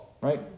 Right